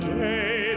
day